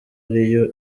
ariyo